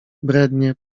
brednie